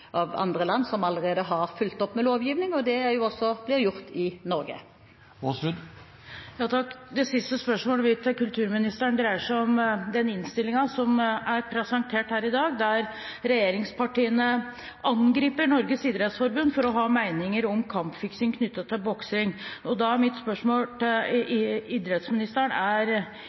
andre land som allerede har fulgt opp med lovgivning. Det blir også gjort i Norge. Det siste spørsmålet mitt til kulturministeren dreier seg om den innstillingen som er presentert her i dag, der regjeringspartiene angriper Norges idrettsforbund for å ha meninger om kampfiksing knyttet til boksing. Da er mitt spørsmål til